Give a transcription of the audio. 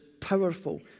powerful